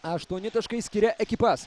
aštuoni taškai skiria ekipas